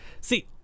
see